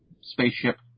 spaceship